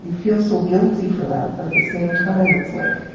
feel so guilty for them, but at the same time it's like